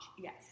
yes